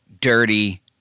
dirty